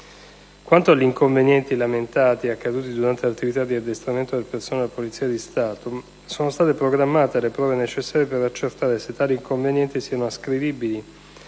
riguarda gli inconvenienti lamentati, accaduti durante l'attività di addestramento del personale della Polizia di Stato, sono state programmate le prove necessarie ad accertare se tali inconvenienti siano ascrivibili